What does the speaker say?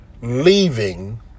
leaving